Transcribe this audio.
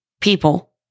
people